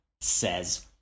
says